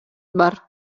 бар